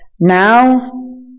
Now